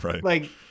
Right